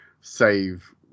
save